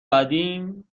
بعدیم